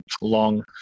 long